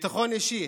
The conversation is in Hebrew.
ביטחון אישי